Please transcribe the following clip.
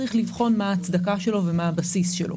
צריך לבחון מה ההצדקה שלו ומה הבסיס שלו.